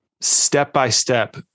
step-by-step